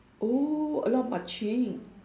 oh a lot of marching